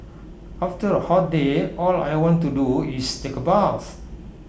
after A hot day all I want to do is take A bath